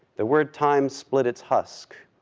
the word time split its husk,